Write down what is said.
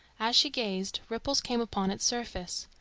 as she gazed, ripples came upon its surface.